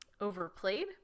overplayed